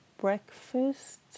breakfast